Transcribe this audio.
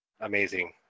Amazing